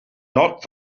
not